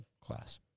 class